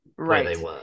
Right